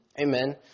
Amen